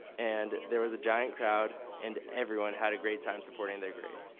and there was a giant crowd and everyone had a great time supporting their grade.